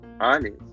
honest